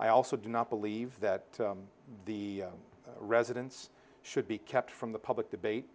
i also do not believe that the residents should be kept from the public debate